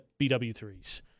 BW3s